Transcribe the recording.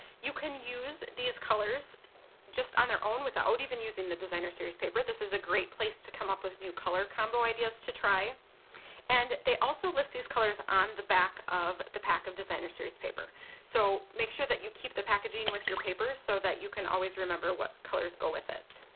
you can use these colors just on their own without even using the designer series paper, this is a great place to come up with new color combo ideas to try and they also list these colors on the back of the pack of designer series paper so make sure that you keep the packaging with your paper so that you can always remember what colors go with it.